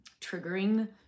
triggering